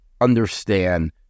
understand